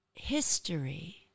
history